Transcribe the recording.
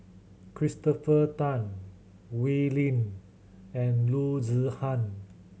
Christopher Tan Wee Lin and Loo Zihan